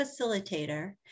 facilitator